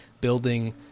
building